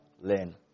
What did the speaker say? learn